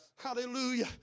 Hallelujah